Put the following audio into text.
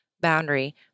boundary